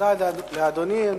אדוני.